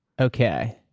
Okay